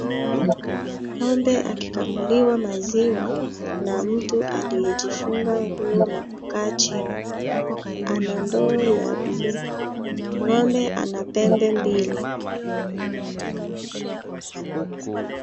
Ngombe akikamuliwa maziwa na mtu aliyejifunga nguo na kukaa chini. Ana ndoo ya buluu. Ngombe ana pembe mbili.